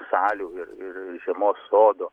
salių ir ir žiemos sodo